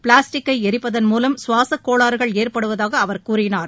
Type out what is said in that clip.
பிளாஸ்டிக்கைளரிப்பதன் மூலம் சுவாசக் கோளாறுகள் ஏற்படுவதாகஅவர் கூறினார்